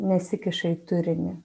nesikiša į turinį